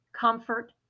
comfort